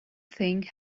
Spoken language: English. thing